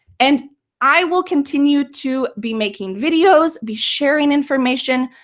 and i will continue to be making videos, be sharing information.